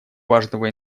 важного